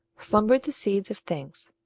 slumbered the seeds of things.